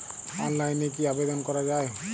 অনলাইনে কি আবেদন করা য়ায়?